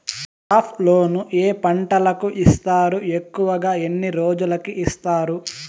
crop loan ఏ పంటలకు ఇస్తారు ఎక్కువగా ఎన్ని రోజులకి ఇస్తారు